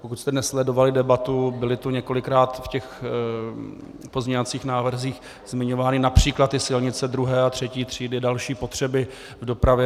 Pokud jste nesledovali debatu, byly několikrát v pozměňovacích návrzích zmiňovány například i silnice druhé a třetí třídy, další potřeby v dopravě.